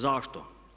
Zašto?